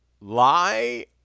lie